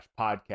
podcast